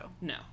no